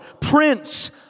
Prince